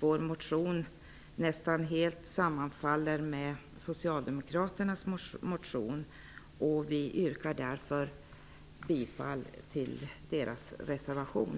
vår motion nästan helt sammanfaller med socialdemokraternas motion. Jag yrkar därför bifall till socialdemokraternas reservation.